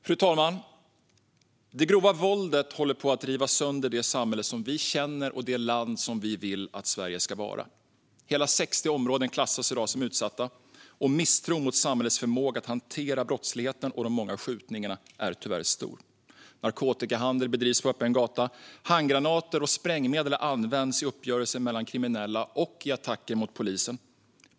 Fru talman! Det grova våldet håller på att riva sönder det samhälle vi känner och det land vi vill att Sverige ska vara. Hela 60 områden klassas i dag som utsatta, och misstron gällande samhällets förmåga att hantera brottsligheten och de många skjutningarna är tyvärr stor. Narkotikahandel bedrivs på öppen gata. Handgranater och sprängmedel används i uppgörelser mellan kriminella och i attacker mot polisen.